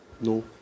no